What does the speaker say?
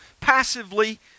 passively